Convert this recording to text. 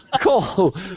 Cool